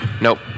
Nope